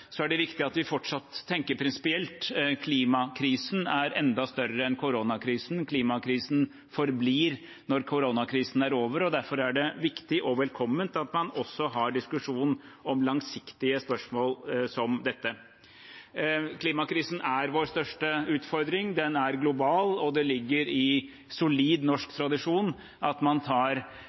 er det viktig at vi fortsatt tenker prinsipielt. Klimakrisen er enda større enn koronakrisen. Klimakrisen forblir når koronakrisen er over, og derfor er det viktig og velkomment at man også har diskusjon om langsiktige spørsmål som dette. Klimakrisen er vår største utfordring. Den er global, og det ligger i solid norsk tradisjon at man tar